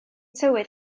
tywydd